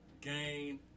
gain